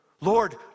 Lord